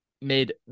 made